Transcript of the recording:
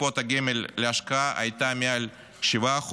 בקופות גמל להשקעה הייתה מעל 7%,